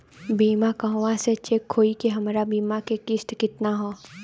बीमा कहवा से चेक होयी की हमार बीमा के किस्त केतना ह?